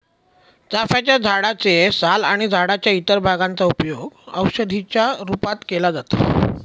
चाफ्याच्या झाडे चे साल आणि झाडाच्या इतर भागांचा उपयोग औषधी च्या रूपात केला जातो